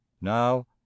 Now